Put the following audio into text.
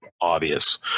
obvious